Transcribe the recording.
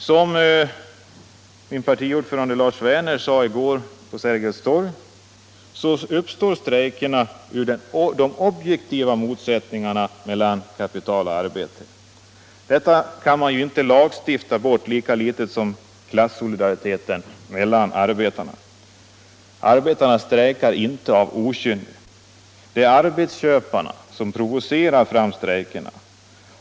Som min partiordförande Lars Werner sade i går på Sergels torg uppstår strejkerna ur de objektiva motsättningarna mellan kapital och arbete. Detta kan man inte lagstifta bort, lika litet som klassolidariteten mellan arbetarna. Arbetarna strejkar inte av okynne. Det är arbetsköparna som provocerar fram strejkerna.